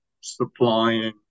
supplying